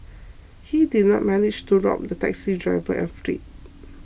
he did not manage to rob the taxi driver and fled